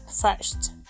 first